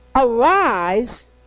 Arise